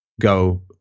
go